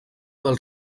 del